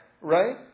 Right